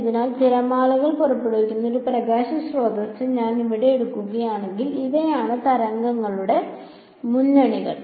അതിനാൽ തിരമാലകൾ പുറപ്പെടുവിക്കുന്ന ഒരു പ്രകാശ സ്രോതസ്സ് ഞാൻ ഇവിടെ എടുക്കുകയാണെങ്കിൽ ഇവയാണ് തരംഗങ്ങളുടെ മുന്നണികൾ